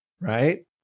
right